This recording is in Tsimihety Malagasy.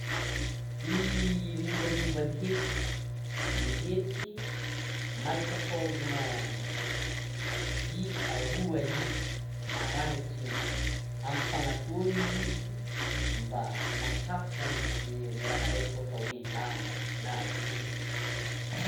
Ny mombamomba ny hety, ny hety malaka forme vy aroa izy, maragnitra iny, ampifagnatonana izy mba matapaka an'izy ny raha araiky ohatra hoe lamba, na volo.